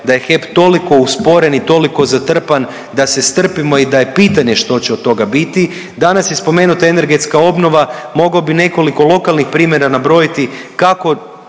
da je HEP toliko usporen i toliko zatrpan da se strpimo i da je pitanje što će od toga biti. Danas je spomenuti i energetska obnova, mogao bih nekoliko lokalnih primjera nabrojiti kako